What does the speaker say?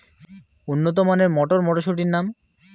উন্নত মানের মটর মটরশুটির নাম?